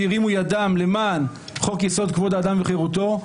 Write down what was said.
שהרימו ידם למען חוק יסוד: כבוד האדם וחירותו.